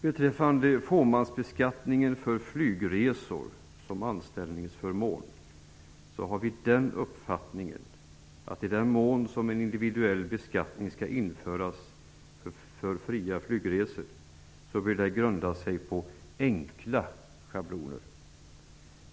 Beträffande förmånsbeskattningen av flygresor som anställningsförmån har vi den uppfattningen, att i den mån en individuell beskattning skall införas för fria flygresor bör den grunda sig på enkla schabloner.